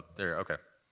there. okay.